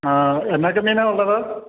എന്നതൊക്കെ മീനാണ് ഉള്ളത്